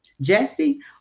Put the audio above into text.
Jesse